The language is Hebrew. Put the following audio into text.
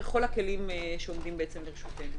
בכל הכלים שעומדים לרשותנו.